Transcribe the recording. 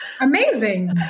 amazing